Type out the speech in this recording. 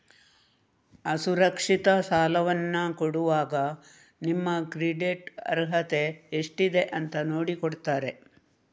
ಅಸುರಕ್ಷಿತ ಸಾಲವನ್ನ ಕೊಡುವಾಗ ನಿಮ್ಮ ಕ್ರೆಡಿಟ್ ಅರ್ಹತೆ ಎಷ್ಟಿದೆ ಅಂತ ನೋಡಿ ಕೊಡ್ತಾರೆ